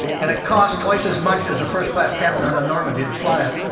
and it cost twice as much as a first-class cabin on the normandie to fly it.